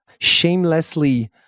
shamelessly